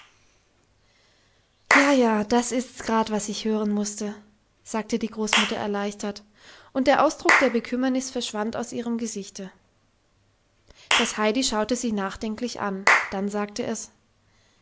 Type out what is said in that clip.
ja ja das ist's grad was ich hören mußte sagte die großmutter erleichtert und der ausdruck der bekümmernis verschwand aus ihrem gesichte das heidi schaute sie nachdenklich an dann sagte es